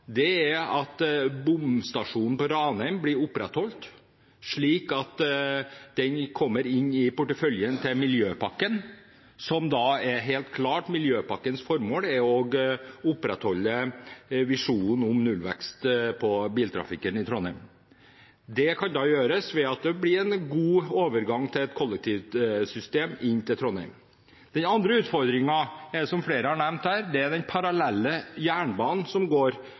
av, er at bomstasjonen på Ranheim blir opprettholdt slik at den kommer inn i porteføljen til miljøpakken. Miljøpakkens formål er å opprettholde visjonen om nullvekst på biltrafikken i Trondheim. Det kan gjøres ved at det blir en god overgang til et kollektivsystem inn til Trondheim. Den andre utfordringen som flere har nevnt her, er jernbanen som går